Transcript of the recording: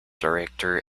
director